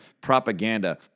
propaganda